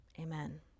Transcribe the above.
Amen